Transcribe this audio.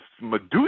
Medusa